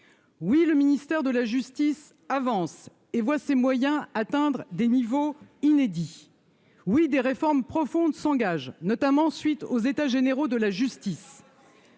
oui, le ministère de la justice avance et voit ses moyens atteindre des niveaux inédits, oui des réformes profondes s'engage notamment suite aux états généraux de la justice.